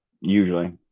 usually